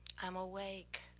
i'm awake,